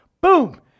Boom